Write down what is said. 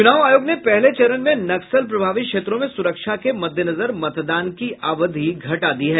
चुनाव आयोग ने पहले चरण में नक्सल प्रभावित क्षेत्रों में सुरक्षा के मद्देनजर मतदान की अवधि घटा दी है